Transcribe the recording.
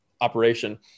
operation